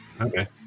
Okay